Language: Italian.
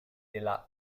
della